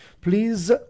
please